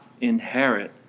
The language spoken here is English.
inherit